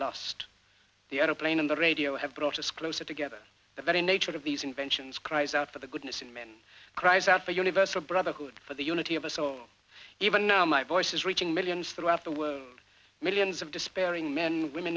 lost the airplane and the radio have brought us closer together the very nature of these inventions cries out for the goodness in men cries out for universal brotherhood for the unity of us all even now my voice is reaching millions throughout the word millions of despairing men women